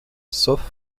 sauf